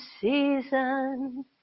season